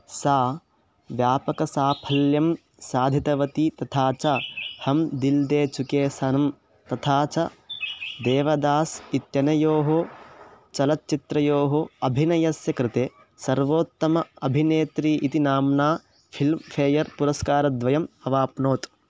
सा व्यापकसाफल्यं साधितवती तथा च हं दिल्दे चुके सनं तथा च देवदास् इत्यनयोः चलच्चित्रयोः अभिनयस्य कृते सर्वोत्तम अभिनेत्री इति नाम्ना फ़िल्म् फ़ेयर् पुरस्कारद्वयम् अवाप्नोत्